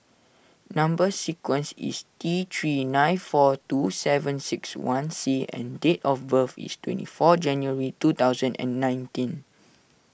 Number Sequence is T three nine four two seven six one C and date of birth is twenty four January two thousand and nineteen